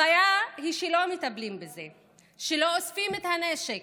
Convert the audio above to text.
הבעיה היא שלא מטפלים בזה, שלא אוספים את הנשק